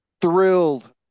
thrilled